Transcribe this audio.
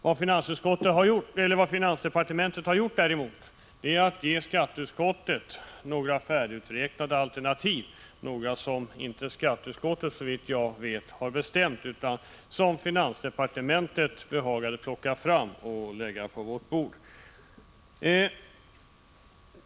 Vad finansdepartementet har gjort är att det givit skatteutskottet några färdiguträknade alternativ, som skatteutskottet, enligt vad jag vet, inte hade beställt men som finansdepartementet behagade plocka fram och lägga på utskottets bord.